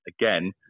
again